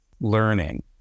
learning